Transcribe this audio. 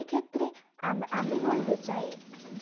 এক্ষেত্রে আম আমি বলতে চাই